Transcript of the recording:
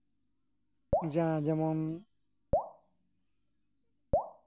ᱡᱟᱸ ᱡᱮᱢᱚᱱ